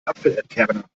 apfelentkerner